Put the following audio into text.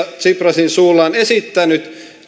tsiprasin suulla on esittänyt